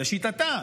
לשיטתה,